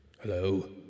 Hello